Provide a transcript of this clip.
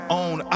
own